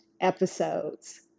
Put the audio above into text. episodes